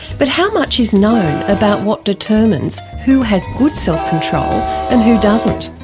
but how much is known about what determines who has good self-control and who doesn't?